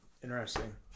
Interesting